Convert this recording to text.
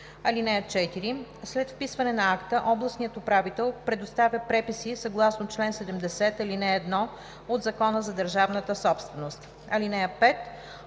(4) След вписване на акта областният управител предоставя преписи съгласно чл. 70 , ал. 1 от Закона за държавната собственост. (5)